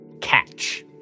catch